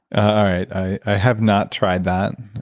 i have not tried that,